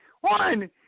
one